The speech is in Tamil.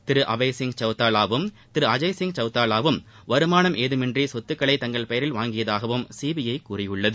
திரு அபய் சிங் சௌதாளாவும் திரு அஜய் சிங் சௌதாளாவும் வருமானம் எதுமின்றி சொத்துக்களை தங்கள் பெயரில் வாங்கியுள்ளதாகவும் சிபிஐ கூறியுள்ளது